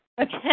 Okay